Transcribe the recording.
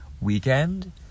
weekend